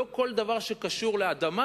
לא כל דבר שקשור לאדמה